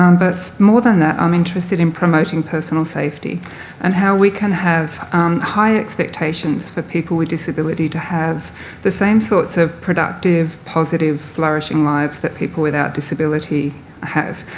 um but more than that, i'm interested in promoting personal safety and how we can have high expectations for people with disability to have the same sorts of productive, positive, flourishing lives that people without disability have.